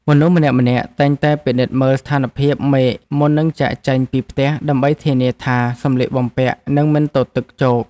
មនុស្សម្នាក់ៗតែងតែពិនិត្យមើលស្ថានភាពមេឃមុននឹងចាកចេញពីផ្ទះដើម្បីធានាថាសម្លៀកបំពាក់នឹងមិនទទឹកជោក។